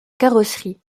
carrosserie